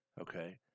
Okay